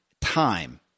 time